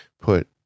put